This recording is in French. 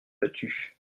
battu